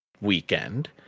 weekend